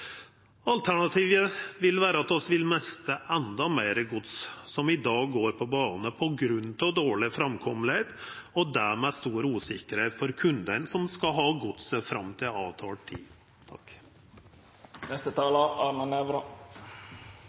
Alternativet vil vera at vi vil mista endå meir gods som i dag går på bane, på grunn av dårlege framkomstmoglegheiter og dermed stor usikkerheit for kundane som skal ha godset fram til avtalt tid.